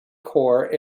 corps